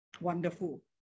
wonderful